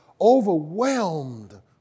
overwhelmed